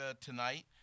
tonight